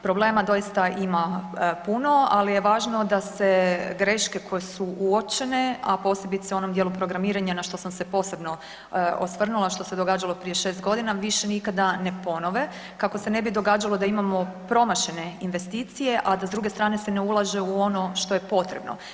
Problema doista ima puno, ali je važno da se greške koje su uočene, a posebice u onom dijelu programiranja, na što sam se posebno osvrnula što se događalo prije 6.g., više nikada ne ponove, kako se ne bi događalo da imamo promašene investicije, a da s druge strane se ne ulaže u ono što je potrebno.